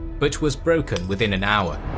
but was broken within an hour.